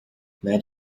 let